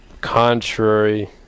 contrary